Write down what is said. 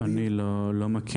אני לא מכיר.